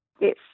Yes